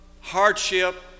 hardship